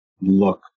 look